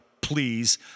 please